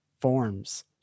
forms